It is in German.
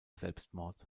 selbstmord